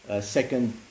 second